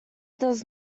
does